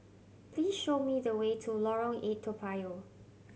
please show me the way to Lorong Eight Toa Payoh